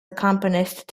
accompanist